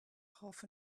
half